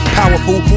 powerful